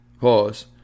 pause